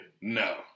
No